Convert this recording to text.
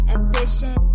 Ambition